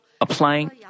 applying